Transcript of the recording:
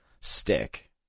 stick